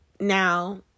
Now